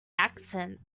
accent